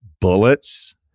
bullets